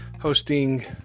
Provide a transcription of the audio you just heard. hosting